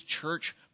church